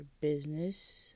business